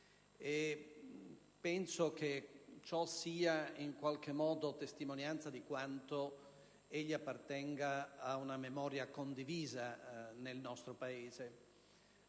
Penso che ciò sia testimonianza di quanto egli appartenga a una memoria condivisa nel nostro Paese.